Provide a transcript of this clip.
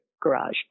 Garage